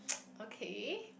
okay